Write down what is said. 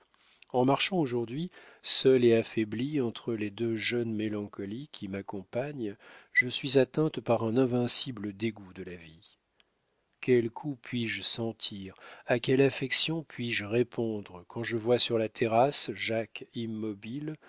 en marchant aujourd'hui seule et affaiblie entre les deux jeunes mélancolies qui m'accompagnent je suis atteinte par un invincible dégoût de la vie quel coup puis-je sentir à quelle affection puis-je répondre quand je vois sur la terrasse jacques immobile